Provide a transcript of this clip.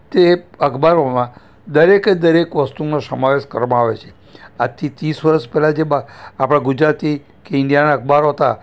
તે અખબારોમાં દરેકે દરેક વસ્તુનો સમાવેશ કરવામાં આવે છે આજથી ત્રીસ વરસ પહેલાં જેમાં આપણા ગુજરાતી કે ઈન્ડિયાના અખબારો હતા